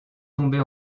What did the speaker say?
tombée